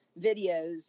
videos